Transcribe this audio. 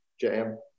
jam